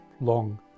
long